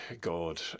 God